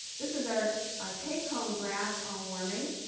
this is our take home graph on warming.